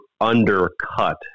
undercut